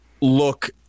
look